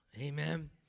Amen